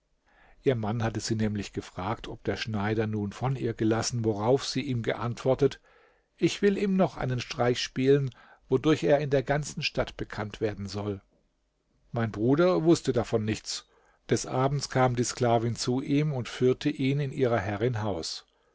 ihr mann hatte sie nämlich gefragt ob der schneider nun von ihr gelassen worauf sie ihm geantwortet ich will ihm noch einen streich spielen wodurch er in der ganzen stadt bekannt werden soll mein bruder wußte davon nichts des abends kam die sklavin zu ihm und führte ihn in ihrer herrin